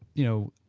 you know,